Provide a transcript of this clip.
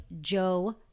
Joe